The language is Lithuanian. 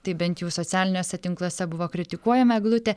tai bent jau socialiniuose tinkluose buvo kritikuojama eglutė